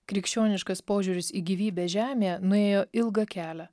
krikščioniškas požiūris į gyvybę žemėje nuėjo ilgą kelią